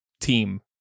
Team